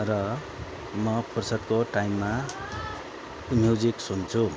र म फुर्सदको टाइममा म्युजिक सुन्छु